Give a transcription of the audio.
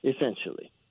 essentially